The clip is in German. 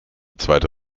zweite